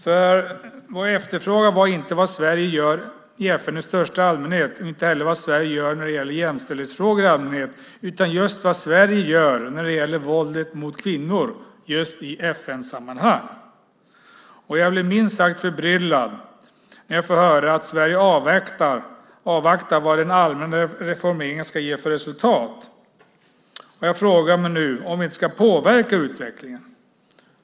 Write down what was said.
Vad jag frågade efter var inte vad Sverige gör i FN i största allmänhet och inte heller vad Sverige gör när det gäller jämställdhetsfrågor i allmänhet utan vad Sverige gör när det gäller våldet mot kvinnor just i FN-sammanhang. Jag blir minst sagt förbryllad när jag får höra att Sverige avvaktar vad den allmänna reformeringen ska ge för resultat. Jag frågar nu om vi inte ska påverka utvecklingen.